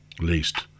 least